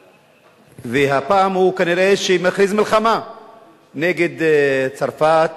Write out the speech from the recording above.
והפעם כנראה הוא מכריז מלחמה נגד צרפת,